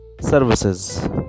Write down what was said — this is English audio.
services